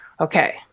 okay